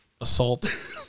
assault